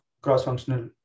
cross-functional